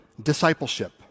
discipleship